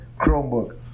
Chromebook